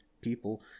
people